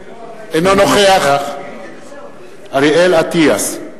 אינו נוכח אריאל אטיאס,